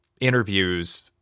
interviews